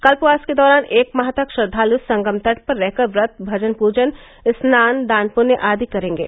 कल्पवास के दौरान एक माह तक श्रद्वालु संगम तट पर रहकर व्रत भजन पूजन स्नान दान पुण्य आदि करेंगे